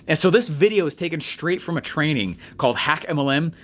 and so this video is taken straight from a training called hack mlm,